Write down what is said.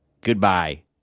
Goodbye